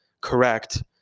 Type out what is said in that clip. correct